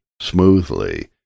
smoothly